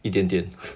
一点点